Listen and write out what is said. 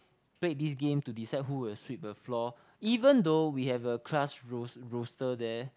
played this game to decide who will sweep the floor even though we have a class roster roster there